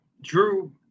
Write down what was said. drew